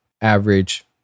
average